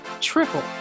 triple